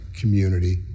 community